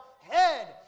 head